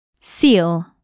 Seal